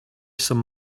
some